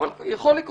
אבל יכול לקרות.